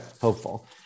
hopeful